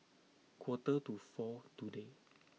quarter to four today